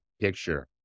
picture